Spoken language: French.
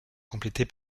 complétée